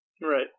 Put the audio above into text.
Right